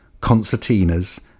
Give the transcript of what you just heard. concertinas